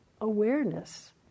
awareness